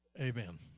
amen